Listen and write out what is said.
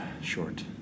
short